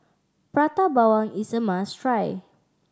Prata Bawang is a must try